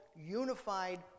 unified